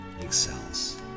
excels